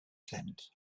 tent